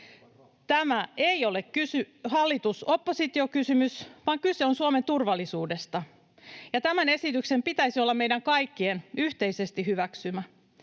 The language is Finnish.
Tämä ei ole hallitus—oppositio-kysymys, vaan kyse on Suomen turvallisuudesta. Ja tämän esityksen pitäisi olla meidän kaikkien yhteisesti hyväksymä,